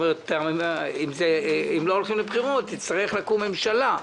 אם לא הולכים לבחירות תצטרך לקום ממשלה,